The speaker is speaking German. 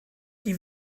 die